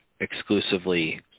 exclusively